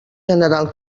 general